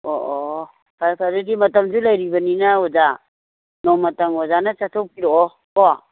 ꯑꯣ ꯑꯣ ꯑꯣ ꯐꯔꯦ ꯐꯔꯦ ꯑꯗꯨꯗꯤ ꯃꯇꯝꯖꯨ ꯂꯩꯔꯤꯕꯅꯤꯅ ꯑꯣꯖꯥ ꯅꯣꯡꯃꯇꯪ ꯑꯣꯖꯥꯅ ꯆꯠꯊꯣꯛꯄꯤꯔꯛꯑꯣ ꯀꯣ